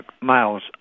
miles